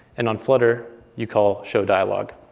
and on flutter, you call showdialog.